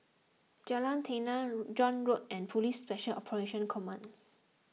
Jalan Tenang John Road and Police Special Operations Command